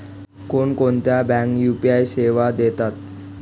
कोणकोणत्या बँका यू.पी.आय सेवा देतात?